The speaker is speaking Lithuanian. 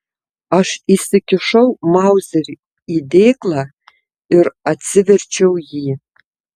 aš įsikišau mauzerį į dėklą ir atsiverčiau jį